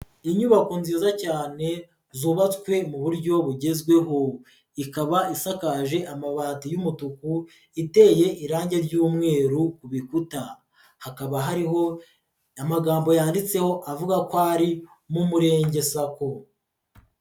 Inyubako nziza cyane zubatswe mu buryo bugezweho, ikaba isakaje amabati y'umutuku iteye irange ry'umweru ku bikuta, hakaba hariho amagambo yanditseho avuga ko ari mu murenge sacco.